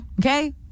Okay